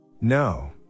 No